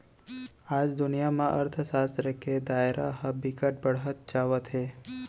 आज दुनिया म अर्थसास्त्र के दायरा ह बिकट बाड़हत जावत हे